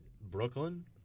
Brooklyn